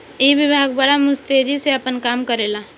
ई विभाग बड़ा मुस्तैदी से आपन काम करेला